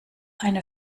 eine